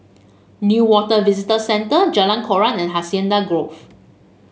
Newater Visitor Centre Jalan Koran and Hacienda Grove